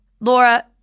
Laura